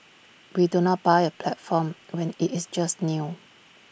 we do not buy A platform when IT is just new